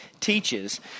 teaches